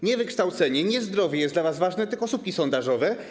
Nie wykształcenie, nie zdrowie jest dla was ważne, tylko słupki sondażowe.